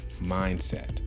mindset